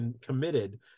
committed